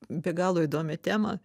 be galo įdomią temą